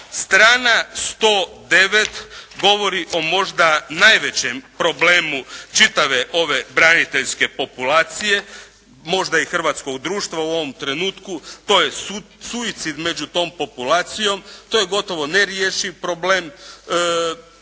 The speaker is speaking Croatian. Strana 109 govori o možda najvećem problemu čitave ove braniteljske populacije, možda i hrvatskog društva u ovom trenutku. To je suicid među tom populacijom, to je gotovo nerješiv problem, ogroman